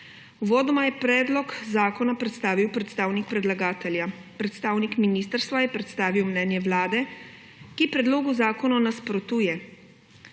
Uvodoma je predlog zakona predstavil predstavnik predlagatelja. Predstavnik ministrstva je predstavil mnenje Vlade, ki predlogu zakona nasprotuje.